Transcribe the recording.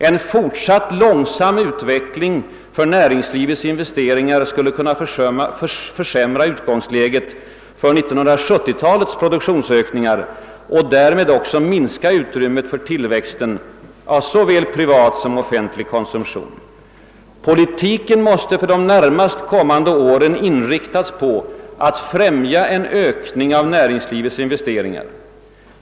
En fortsatt långsam utveckling för näringslivets investeringar skulle sålunda kunna försämra utgångsläget för 1970-talets produktionsökningar och därmed också minska utrymmet för tillväxten av såväl privat som offentlig konsumtion.» — Politiken måste »för de närmast kommande åren inriktas på att främja en ökning av näringslivets investeringar».